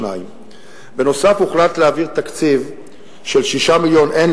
2. בנוסף הוחלט להעביר תקציב של 6 מיליון הן